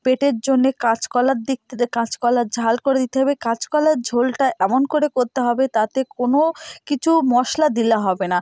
পেটের জন্যে কাঁচকলার দিক দে কাঁচকলার ঝাল করে দিতে হবে কাঁচকলার ঝোলটা এমন করে করতে হবে তাতে কোনো কিছু মশলা দিলে হবে না